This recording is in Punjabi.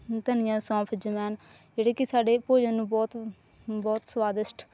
ਧਨੀਆ ਸੌਂਫ ਜਵੈਂਣ ਜਿਹੜੇ ਕਿ ਸਾਡੇ ਭੋਜਨ ਨੂੰ ਬਹੁਤ ਬਹੁਤ ਸਵਾਦਿਸ਼ਟ